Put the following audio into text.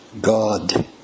God